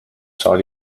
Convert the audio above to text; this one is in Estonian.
saavad